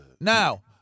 Now